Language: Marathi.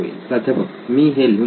प्राध्यापक मी हे लिहून घेईल